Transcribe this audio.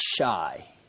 shy